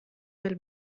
del